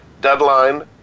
deadline